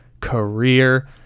career